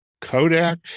Kodak